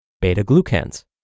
beta-glucans